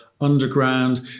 underground